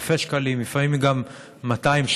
ולפעמים גם 200,000,